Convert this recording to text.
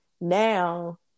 Now